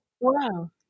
Wow